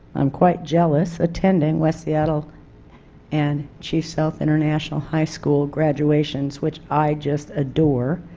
i'm quite jealous attending west seattle and chief sealth international high school graduations which i just adored,